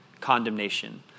condemnation